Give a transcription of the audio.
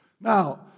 Now